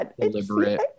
deliberate